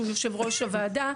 הוא יו"ר הוועדה,